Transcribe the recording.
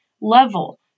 level